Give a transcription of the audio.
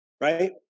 Right